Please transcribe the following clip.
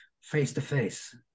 face-to-face